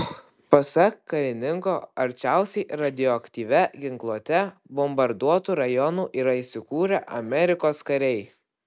pasak karininko arčiausiai radioaktyvia ginkluote bombarduotų rajonų yra įsikūrę amerikos kariai